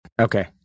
Okay